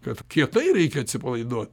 kad kietai reikia atsipalaiduot